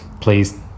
Please